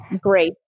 great